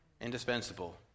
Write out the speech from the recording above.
indispensable